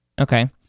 Okay